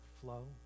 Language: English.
flow